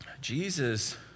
Jesus